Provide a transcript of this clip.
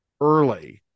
early